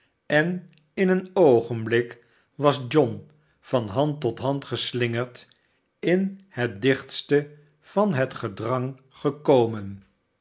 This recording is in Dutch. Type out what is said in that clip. en in een oogenblik was john van hand tot hand geslingerd in het dichtste van het gedrang